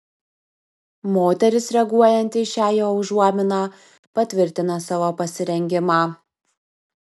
moteris reaguojanti į šią jo užuominą patvirtina savo pasirengimą